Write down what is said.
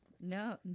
No